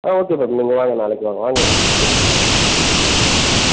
ஆ okay ma'am நீங்கள் வாங்க நாளைக்கு வாங்க வாங்க ஓகே மேம் தேங்க்ஸ் ம்